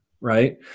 right